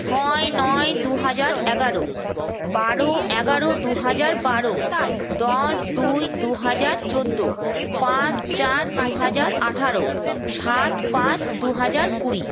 ছয় নয় দু হাজার এগারো বারো এগারো দুহাজার বারো দশ দুই দু হাজার চোদ্দো পাঁচ চার দু হাজার আঠারো সাত পাঁচ দু হাজার কুড়ি